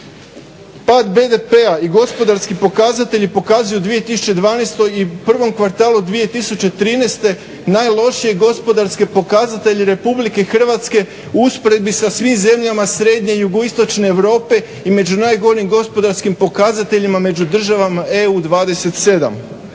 Pad BDP-a i gospodarski pokazatelji pokazuju u 2012. I prvom kvartalu 2013. najlošije gospodarske pokazatelje RH u usporedbi sa svim zemljama Srednje, Jugoistočne Europe i među najgorim gospodarskim pokazateljima, među državama EU 27.